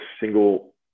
single